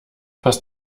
passt